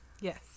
Yes